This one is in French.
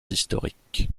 historiques